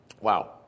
Wow